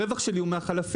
הרווח שלי הוא מהחלפים,